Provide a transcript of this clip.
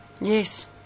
Yes